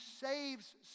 saves